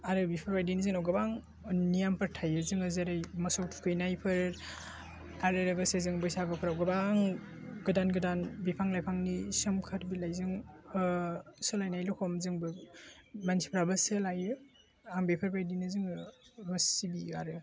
आरो बेफोरबायदिनो जोंनाव गोबां नियमफोर थायो जों जेरै मोसौ थुखैनायफोर आरो लोगोसे जों बैसागुफोराव गोबां गोदान गोदान बिफां लाइफांनि सोमखोर बिलाइजों सोलायनाय रखम जोंबो मानसिफ्राबो सोलायो आं बेफोरबायदिनो जोङो गोस सिबियो आरो